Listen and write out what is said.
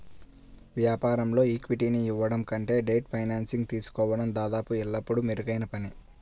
వ్యాపారంలో ఈక్విటీని ఇవ్వడం కంటే డెట్ ఫైనాన్సింగ్ తీసుకోవడం దాదాపు ఎల్లప్పుడూ మెరుగైన పని